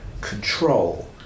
control